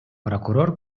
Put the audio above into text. прокурор